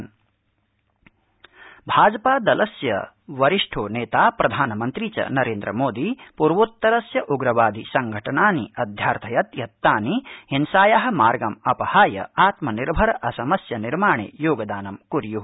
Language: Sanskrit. मोदी असम भाजपा दलस्य वरिष्ठो नेता प्रधानमन्त्री च नरेन्द्रमोदीपूर्वोत्तरस्य उग्रवादि संघटनानि अध्यार्थयत् यत् तानिहिंसाया मार्गमपहाय आत्मनिर्भर असमस्य निर्माणे योगदानं कुर्यु